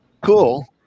cool